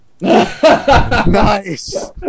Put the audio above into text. Nice